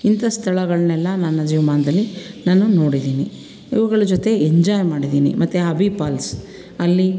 ಇಂಥ ಸ್ಥಳಗಳ್ನೆಲ್ಲ ನನ್ನ ಜೀವಮಾನ್ದಲ್ಲಿ ನಾನು ನೋಡಿದ್ದೀನಿ ಇವುಗಳ ಜೊತೆ ಎಂಜಾಯ್ ಮಾಡಿದ್ದೀನಿ ಮತ್ತು ಅಬ್ಬೆ ಫಾಲ್ಸ್ ಅಲ್ಲಿ